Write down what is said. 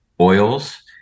oils